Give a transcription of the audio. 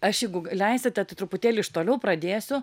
aš jeigu g leisite tai truputėlį iš toliau pradėsiu